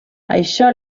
això